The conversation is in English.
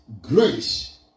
grace